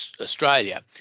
Australia